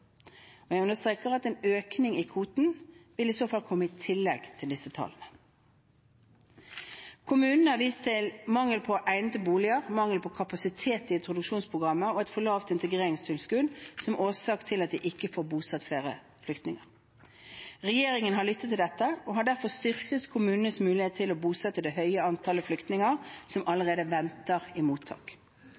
Jeg understreker at en økning i kvoten i så fall vil komme i tillegg til disse tallene. Kommunene har vist til mangel på egnede boliger, mangel på kapasitet i introduksjonsprogrammet og et for lavt integreringstilskudd som årsak til at de ikke får bosatt flere flyktninger. Regjeringen har lyttet til dette og har derfor styrket kommunenes mulighet til å bosette det høye antallet flyktninger som allerede venter i mottak.